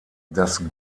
das